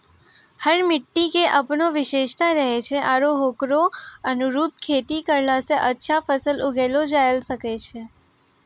हर मिट्टी के आपनो विशेषता रहै छै आरो होकरो अनुरूप खेती करला स अच्छा फसल उगैलो जायलॅ सकै छो